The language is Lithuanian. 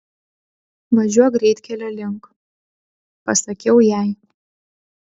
važiuok greitkelio link pasakiau jai